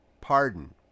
pardon